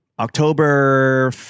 October